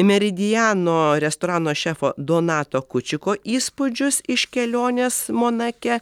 meridiano restorano šefo donato kučiko įspūdžius iš kelionės monake